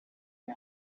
guy